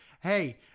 Hey